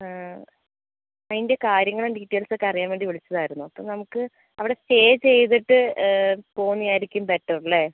അതിൻ്റെ കാര്യങ്ങളും ഡീറ്റെയിൽസ് ഒക്കെ അറിയാൻ വേണ്ടി വിളിച്ചതായിരുന്നു അപ്പോൾ നമുക്ക് അവിടെ സ്റ്റേ ചെയ്തിട്ട് പോന്നെയായിരിക്കും ബെറ്റർലെ